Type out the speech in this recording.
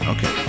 Okay